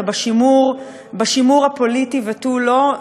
ובשימור הפוליטי ותו לא,